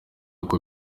ngo